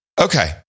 okay